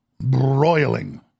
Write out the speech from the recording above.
broiling